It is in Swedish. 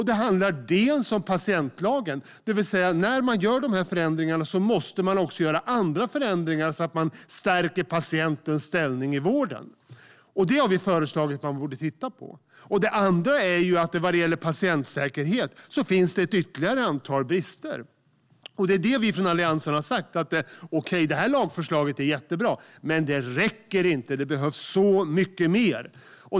Det ena gäller ändringar i patientlagen, för när man gör dessa förändringar måste man också göra andra förändringar som stärker patientens ställning i vården. Det har vi föreslagit att man ska titta på. Det andra är att vad gäller patientsäkerhet finns det ytterligare ett antal brister. Vi från Alliansen har sagt: Okej, lagförslaget är jättebra, men det räcker inte. Det behövs så mycket mer.